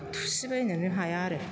थुसिबायनोनो हाया आरो